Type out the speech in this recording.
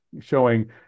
showing